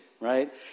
right